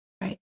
Right